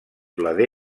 blader